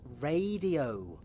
radio